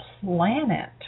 planet